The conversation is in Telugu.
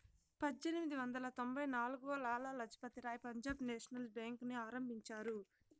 పజ్జేనిమిది వందల తొంభై నాల్గులో లాల లజపతి రాయ్ పంజాబ్ నేషనల్ బేంకుని ఆరంభించారు